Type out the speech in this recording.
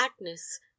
Agnes